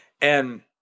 and-